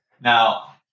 Now